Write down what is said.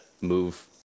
move